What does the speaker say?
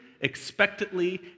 expectantly